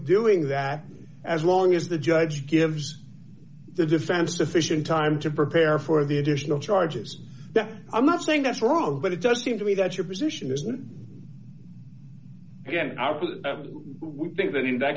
doing that as long as the judge gives the defense efficient time to prepare for the additional charges i'm not saying that's wrong but it does seem to me that your position isn't again i would think that in that